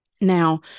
Now